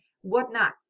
whatnot